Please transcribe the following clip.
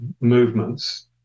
movements